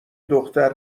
دختر